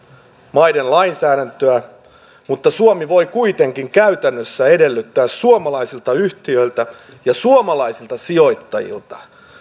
maiden lainsäädäntöä mutta suomi voi kuitenkin käytännössä edellyttää suomalaisilta yhtiöiltä ja suomalaisilta sijoittajilta